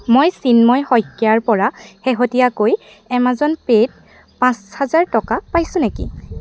মই চিন্ময় শইকীয়াৰ পৰা শেহতীয়াকৈ এমেজন পে'ত পাঁচ হাজাৰ টকা পাইছো নেকি